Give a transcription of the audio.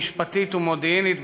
משפטית ומודיעינית,